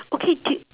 okay do y~